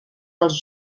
als